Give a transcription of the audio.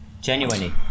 Genuinely